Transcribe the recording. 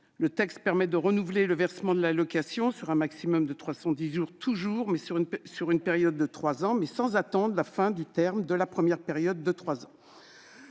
Le texte permet de renouveler le versement de l'allocation durant un maximum de 310 jours au cours d'une nouvelle période de trois ans, sans attendre la fin du terme de la première période de trois